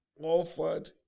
offered